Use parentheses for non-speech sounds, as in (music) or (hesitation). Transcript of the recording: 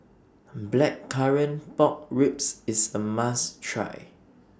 (hesitation) Blackcurrant Pork Ribs IS A must Try